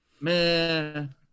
Man